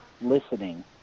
listening